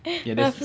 ya there's